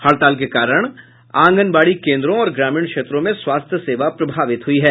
हड़ताल के कारण आंगनबाड़ी केन्द्रों और ग्रामीण क्षेत्रों में स्वास्थ्य सेवा प्रभावित हुई है